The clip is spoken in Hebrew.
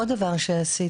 עוד דבר שעשיתי,